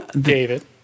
david